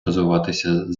розвиватися